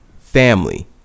family